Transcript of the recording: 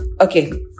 okay